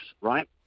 right